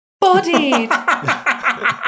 Bodied